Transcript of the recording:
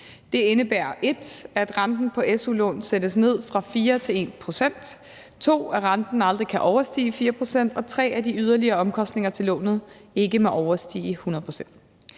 Det indebærer, 1) at renten på su-lån sættes ned fra 4 til 1 pct., 2) at renten aldrig kan overstige 4 pct., og 3) at de yderligere omkostninger til lånet ikke må overstige 100 pct.